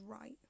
right